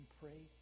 pray